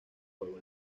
fuego